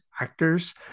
actors